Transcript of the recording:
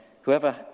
whoever